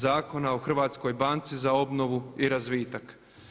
Zakona o Hrvatskoj banci za obnovu i razvitak.